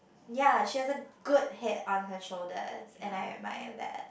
ya she has a good head on her shoulders and I admire that